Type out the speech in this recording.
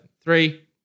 Three